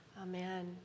Amen